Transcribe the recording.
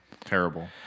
Terrible